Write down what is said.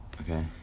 Okay